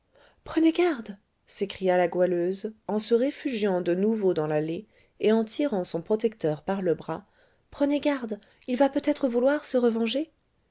prenez garde s'écria la goualeuse en se réfugiant de nouveau dans l'allée et en tirant son protecteur par le bras prenez garde il va peut-être vouloir se revenger